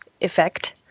effect